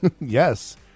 Yes